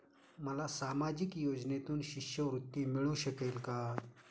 मला सामाजिक योजनेतून शिष्यवृत्ती मिळू शकेल का?